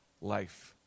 life